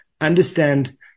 understand